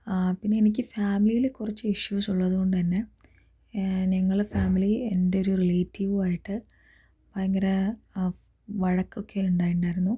പിന്നെ എനിക്ക് ഫാമിലിയിൽ കുറച്ച് ഇഷ്യൂസ് ഉള്ളതുകൊണ്ട് തന്നെ ഞങ്ങളെ ഫാമിലി എന്റെ ഒരു റിലേറ്റീവുമായിട്ട് ഭയങ്കര വഴക്കൊക്കെ ഉണ്ടായിട്ടുണ്ടായിരുന്നു